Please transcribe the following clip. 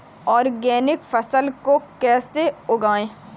Organic फसल को कैसे उगाएँ?